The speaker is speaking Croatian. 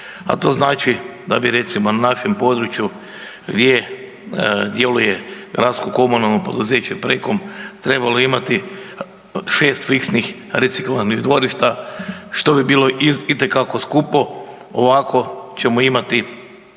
a to znači da bi recimo na našem području gdje djeluje Gradsko-komunalno poduzeće Pre-kom trebalo imati šest fiksnih reciklažnih dvorišta što bi bilo itekako skupo. Ovako ćemo imati